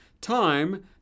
Time